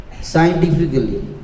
scientifically